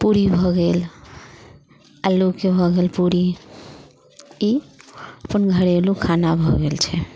पूरी भऽ गेल आलूके भऽ गेल पूरी ई अपन घरेलू खाना भऽ गेल छै